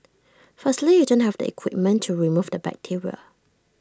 firstly you don't have the equipment to remove the bacteria